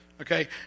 okay